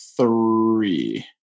three